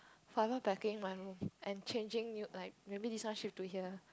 forever packing my room and changing new like maybe this one should do here